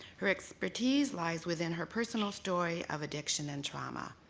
her expertise lies within her personal story of addiction and trauma.